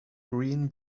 green